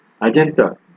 agenda